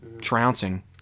trouncing